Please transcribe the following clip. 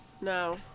No